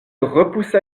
repoussa